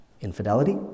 Infidelity